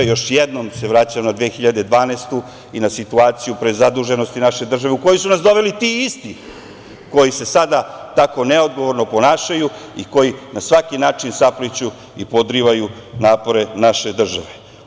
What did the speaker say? Još jednom se vraćam na 2012. godinu i na situaciju prezaduženosti naše države, u koju su nas doveli ti isti koji se sada tako neodgovorno ponašaju i koji na svaki način sapliću i podrivaju napore naše države.